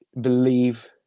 believe